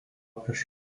prieš